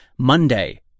Monday